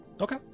Okay